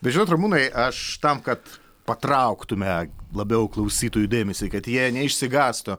bet žinot ramūnai aš tam kad patrauktume labiau klausytojų dėmesį kad jie neišsigąstų